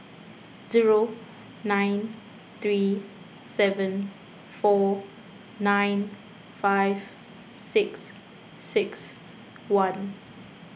zero nine three seven four nine five six six one